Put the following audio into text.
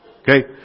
Okay